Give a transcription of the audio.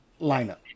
lineup